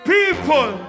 People